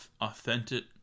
authentic